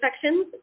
sections